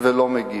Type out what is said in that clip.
ולא מגיב.